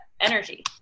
energy